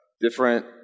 different